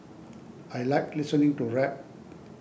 I like listening to rap